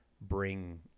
bring